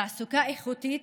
תעסוקה איכותית